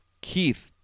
Keith